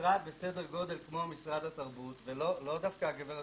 משרד בסדר גודל כמו משרד התרבות ולא דווקא הגברת